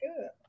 good